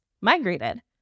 migrated